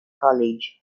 college